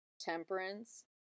temperance